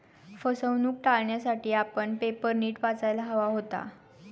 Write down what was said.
फसवणूक टाळण्यासाठी आपण पेपर नीट वाचायला हवा होता